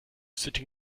sitting